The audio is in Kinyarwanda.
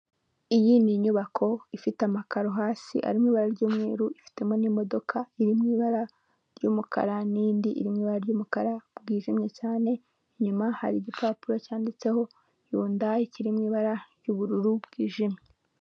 Iyi ni inyubako ifite amakaro hasi arimo ibara ry'umweru ifitemo n'imodoka iri mu ibara ry'umukara n'indi iri mu ibara ry'umukara bwijimye cyane, inyuma hari igipapuro cyanditseho yundayi kiri mu ibara ry'ubururu bwijimye.